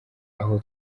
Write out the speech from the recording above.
aho